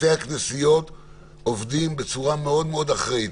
בתי הכנסיות עובדים בצורה מאוד מאוד אחראית.